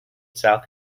south